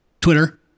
Twitter